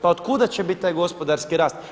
Pa od kuda će biti taj gospodarski rast?